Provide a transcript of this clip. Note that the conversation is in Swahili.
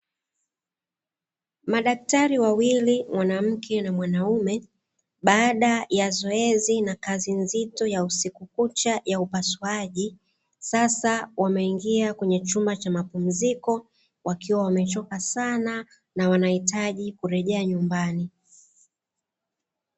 Madaktari wawili mwanamke na mwanaume, baada ya zoezi na kazi nzito ya usiku kucha ya upasuaji, sasa wameingia kwenye chumba cha mapumziko wakiwa wamechoka sana na wanahitaji kurejea nyumbani.